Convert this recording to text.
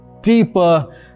deeper